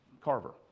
Carver